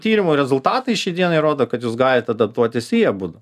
tyrimų rezultatai šiai dienai rodo kad jūs galit adaptuotis į abudu